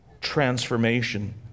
transformation